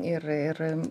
ir ir